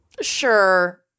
Sure